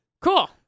cool